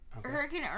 Hurricane